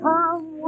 Come